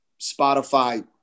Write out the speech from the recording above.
Spotify